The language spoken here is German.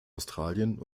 australien